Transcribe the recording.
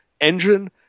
engine